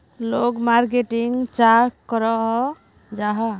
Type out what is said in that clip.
लोग मार्केटिंग चाँ करो जाहा?